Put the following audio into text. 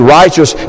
righteous